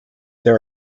there